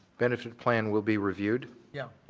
benefit plan will be reviewed? yeah.